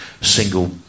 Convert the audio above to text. single